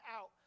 out